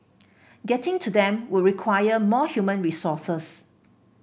getting to them would require more human resources